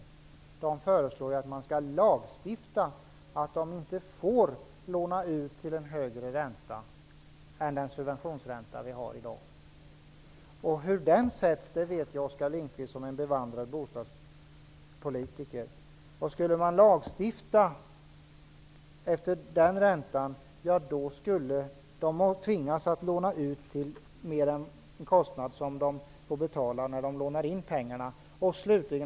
Socialdemokraterna föreslår ju att man skall lagstifta om att kreditinstituten inte får låna ut pengar till en högre ränta än den subventionsränta som gäller i dag. Oskar Lindkvist, som är väl bevandrad i bostadspolitiken, vet hur den sätts. Om man lagstiftar om den räntan, kommer de att tvingas låna ut till en större kostnad än vad de får betala när de lånar in pengarna.